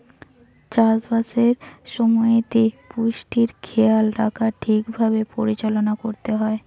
চাষ বাসের সময়তে পুষ্টির খেয়াল রাখা ঠিক ভাবে পরিচালনা করতে হয়